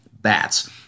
Bats